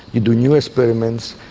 you do new experiments,